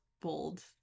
bold